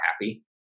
happy